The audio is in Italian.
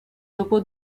dopo